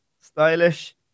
stylish